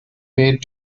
made